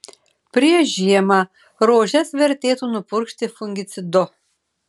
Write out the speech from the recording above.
prieš žiemą rožes vertėtų nupurkšti fungicidu